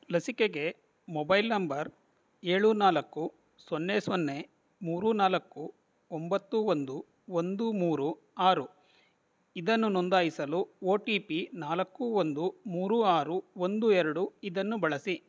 ಲಸಿಕೆಗೆ mobile number ಏಳು ನಾಲಕ್ಕು ಸೊನ್ನೆ ಸೊನ್ನೆ ಮೂರು ನಾಲ್ಕು ಒಂಬತ್ತು ಒಂದು ಒಂದು ಮೂರು ಆರು ಇದನ್ನು ನೋಂದಾಯಿಸಲು ಒ ಟಿ ಪಿ ನಾಲ್ಕು ಒಂದು ಮೂರು ಆರು ಒಂದು ಎರಡು ಇದನ್ನು ಬಳಸಿ